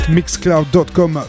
Mixcloud.com